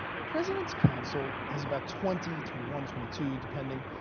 the president's council has about twenty, twenty one, twenty two, depending,